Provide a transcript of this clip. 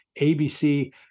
ABC